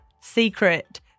secret